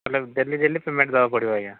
ତାହେଲେ daily daily payment ଦେବାକୁ ପଡ଼ିବ ଆଜ୍ଞା